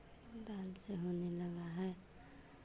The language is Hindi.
कुदाल से होने लगा है